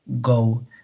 go